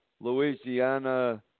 Louisiana